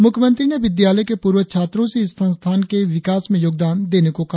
मुख्यमंत्री ने विद्यालय के पूर्व छात्रों से इस संस्थान के विकास में योगदान देने को कहा